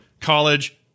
college